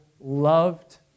loved